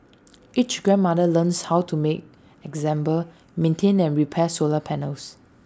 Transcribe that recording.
each grandmother learns how to make example maintain and repair solar panels